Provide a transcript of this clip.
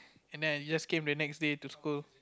and then I just came the next day to school